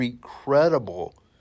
credible